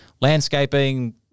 landscaping